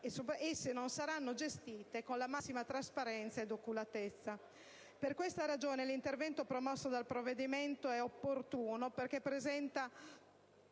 e se non saranno gestite con la massima trasparenza ed oculatezza. Per questa ragione, l'intervento promosso dal provvedimento è opportuno, poiché rappresenta